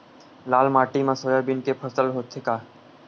लाल माटी मा सोयाबीन के फसल होथे का?